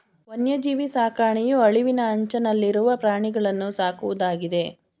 ವನ್ಯಜೀವಿ ಸಾಕಣೆಯು ಅಳಿವಿನ ಅಂಚನಲ್ಲಿರುವ ಪ್ರಾಣಿಗಳನ್ನೂ ಸಾಕುವುದಾಗಿದೆ